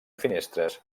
finestres